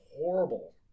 horrible